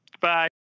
Bye